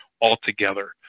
altogether